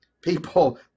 people